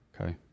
Okay